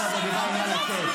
אישה.